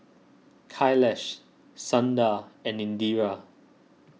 Kailash Sundar and Indira